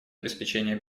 обеспечение